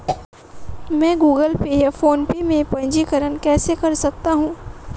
मैं Google Pay या PhonePe में पंजीकरण कैसे कर सकता हूँ?